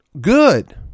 good